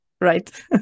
Right